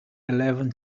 eleven